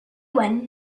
when